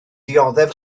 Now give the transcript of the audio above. dioddef